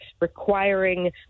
requiring